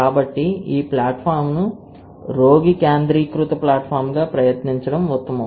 కాబట్టి ఈ ప్లాట్ఫామ్ను రోగి కేంద్రీకృత ప్లాట్ఫామ్గా ప్రయత్నించడం ఉత్తమం